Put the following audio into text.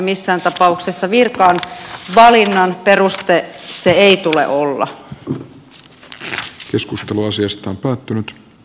missään tapauksessa virkaan valinnan peruste sen ei tule olla hyvä joskus vuosia sitten päättynyt v